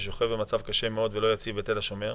ששוכב במצב קשה מאוד ולא יציב בתל השומר.